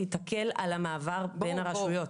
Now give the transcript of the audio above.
ייתקל בקשיים על המעבר בין הרשויות.